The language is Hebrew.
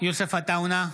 יוסף עטאונה,